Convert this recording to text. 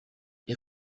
est